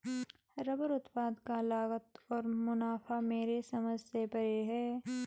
rubber उत्पाद का लागत और मुनाफा मेरे समझ से परे है